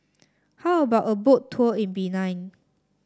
how about a Boat Tour in Benin